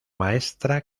maestra